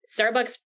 Starbucks